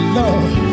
love